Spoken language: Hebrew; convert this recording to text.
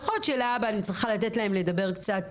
נכון להבא אני צריכה לתת להם לדבר קצת